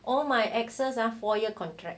all my exes ah four year contract